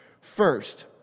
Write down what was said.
First